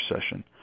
session